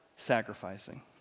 sacrificing